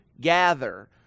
gather